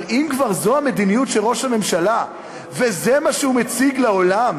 אבל אם כבר זו המדיניות של ראש הממשלה וזה מה שהוא מציג לעולם